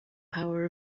power